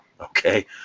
Okay